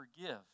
forgive